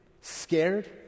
scared